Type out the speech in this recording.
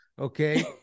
Okay